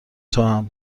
توام